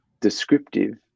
descriptive